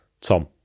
Tom